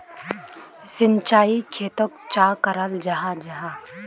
सिंचाई खेतोक चाँ कराल जाहा जाहा?